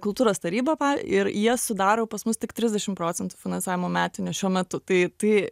kultūros taryba ir jie sudaro pas mus tik trisdešim procentų finansavimo metinio šiuo metu tai tai